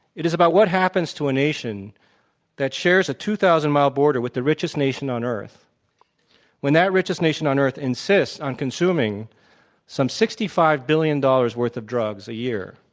it is about what happens to a nation that shares a two thousand mile border with the richest nation on earth when that richest nation on earth insists on consuming some sixty five billion dollars worth of drugs a year,